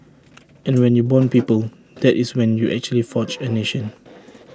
and when you Bond people that is when you actually forge A nation